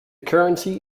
currency